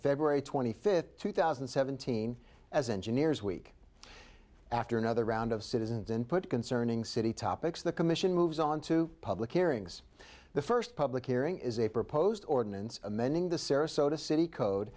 february twenty fifth two thousand and seventeen as engineers week after another round of citizens input concerning city topics the commission moves on to public hearings the first public hearing is a proposed ordinance amending the sarasota city code